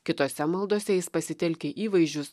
kitose maldose jis pasitelkia įvaizdžius